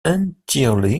entirely